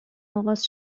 آغاز